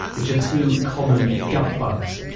which are two common gut bugs.